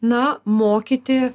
na mokyti